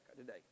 today